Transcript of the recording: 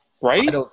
Right